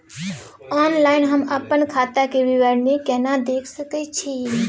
Online हम अपन खाता के विवरणी केना देख सकै छी?